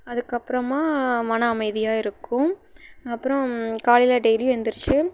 அதுக்கப்புறமா மன அமைதியாக இருக்கும் அப்புறோம் காலையில் டெய்லியும் எந்திரிச்சு